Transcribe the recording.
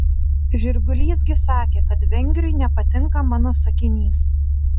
žirgulys gi sakė kad vengriui nepatinka mano sakinys